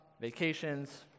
vacations